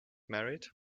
married